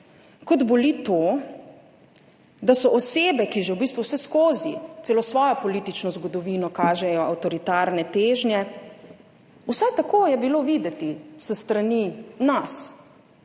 kot boli to, da so osebe, ki v bistvu že vseskozi, celo svojo politično zgodovino kažejo avtoritarne težnje, vsaj tako je bilo videti s strani nas